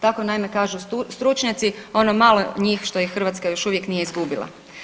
Tako naime kažu stručnjaci ono malo njih što ih Hrvatska još uvijek nije izgubila.